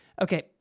Okay